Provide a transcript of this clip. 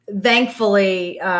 thankfully